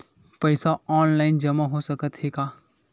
पईसा ऑनलाइन जमा हो साकत हे का?